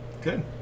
Good